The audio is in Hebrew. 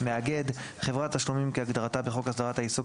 "מאגד" חברת תשלומים כהגדרתה בחוק הסדרת העיסוק